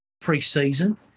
pre-season